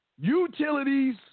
utilities